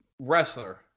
wrestler